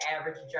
average